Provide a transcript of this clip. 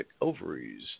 ovaries